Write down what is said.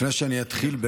לפני שאני אתחיל,